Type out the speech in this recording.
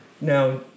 Now